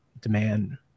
demand